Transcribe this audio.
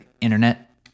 internet